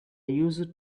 used